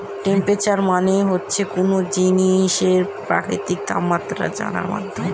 temperature মানে হচ্ছে কোনো জিনিসের বা প্রকৃতির তাপমাত্রা জানার মাধ্যম